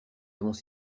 avons